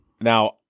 Now